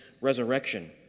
resurrection